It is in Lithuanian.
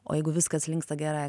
o jeigu viskas linksta gerąja